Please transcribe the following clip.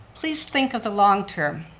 please think of the long-term.